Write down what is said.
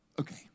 Okay